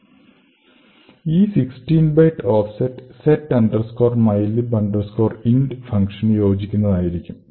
ഈ 16 byte offset set mylib int ഫങ്ഷന് യോജിക്കുന്നതായിരിക്കും